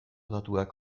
datuak